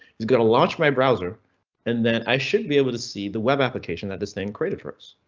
is going to launch my browser and then i should be able to see the web application that this thing created for us,